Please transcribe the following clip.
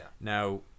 Now